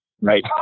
right